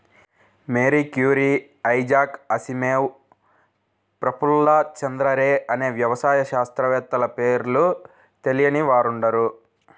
Mary Curie, Isaac Asimov, Prafulla Chandra Ray అనే వ్యవసాయ శాస్త్రవేత్తల పేర్లు తెలియని వారుండరు